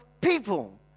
people